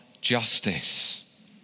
justice